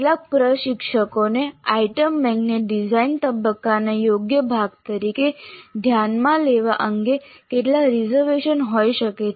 કેટલાક પ્રશિક્ષકોને આઇટમ બેંકને ડિઝાઇન તબક્કાના યોગ્ય ભાગ તરીકે ધ્યાનમાં લેવા અંગે કેટલાક રિઝર્વેશન હોઈ શકે છે